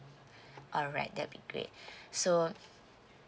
alright that'd be great so